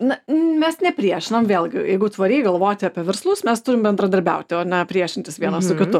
na mes nepriešinam vėlgi jeigu tvariai galvoti apie verslus mes turime bendradarbiauti o ne priešintis vienas su kitu